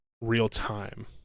real-time